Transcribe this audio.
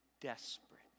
desperate